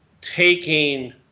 taking